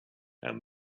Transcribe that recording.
and